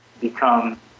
Become